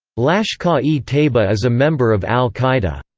lashkar-e-taiba is a member of al-qaeda.